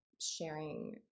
sharing